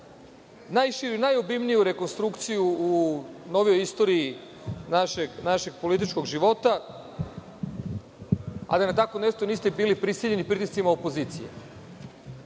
najširu, najobimniju rekonstrukciju u novijoj istoriji našeg političkog života, a da na tako nešto niste bili prisiljeni pritiscima opozicije.